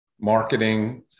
marketing